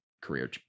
career